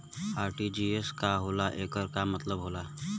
RTGS का होला एकर का मतलब होला?